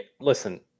Listen